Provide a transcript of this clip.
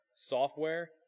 Software